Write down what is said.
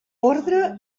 ordre